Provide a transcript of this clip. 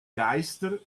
geister